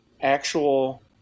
actual